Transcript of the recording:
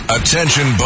Attention